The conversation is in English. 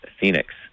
Phoenix